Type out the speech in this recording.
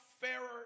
fairer